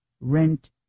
rent